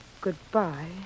Goodbye